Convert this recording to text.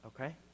okay